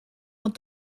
ond